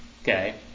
okay